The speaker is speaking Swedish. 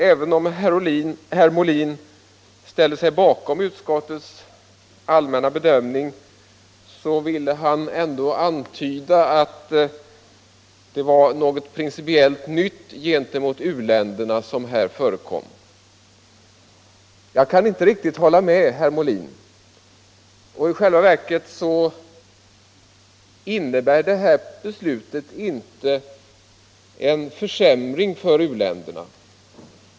Även om herr Molin ställer sig bakom utskottets allmänna bedömning, ville han ändå antyda att det är någonting principiellt nytt gentemot u-länderna som här har förekommit. Jag kan inte hålla med herr Molin. I själva verket innebär det här beslutet inte någon försämring för u-länderna.